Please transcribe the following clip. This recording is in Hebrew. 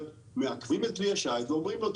מעכבים את כלי השיט ואומרים לו,